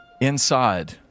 Inside